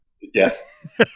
Yes